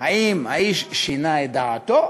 האם האיש שינה את דעתו?